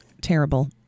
Terrible